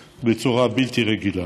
הם צוות אחד, בעצם, בצורה בלתי רגילה.